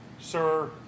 Sir